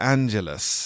Angeles